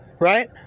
right